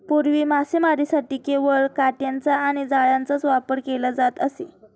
पूर्वी मासेमारीसाठी केवळ काटयांचा आणि जाळ्यांचाच वापर केला जात असे